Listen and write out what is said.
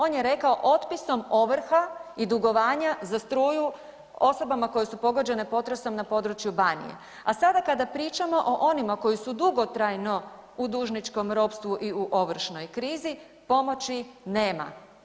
On je rekao otpisom ovrha i dugovanja za struju osobama koje su pogođene potresom na području Banije, a sada kada pričamo o onima koji su dugotrajno u dužničkom ropstvu i u ovršnoj krizi, pomoći nema.